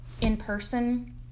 in-person